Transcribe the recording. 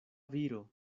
viro